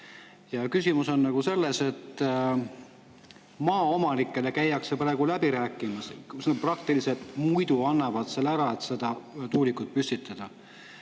Küsimus on nagu selles, et maaomanikega käiakse praegu läbi rääkimas ja nad praktiliselt muidu annavad [maa] ära, et tuulikut püstitada.